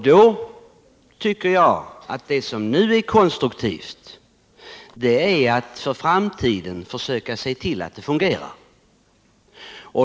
Då tycker jag att det som nu är konstruktivt är att för framtiden försöka se till att de fungerar.